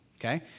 Okay